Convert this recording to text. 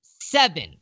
seven